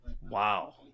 Wow